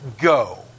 go